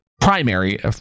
primary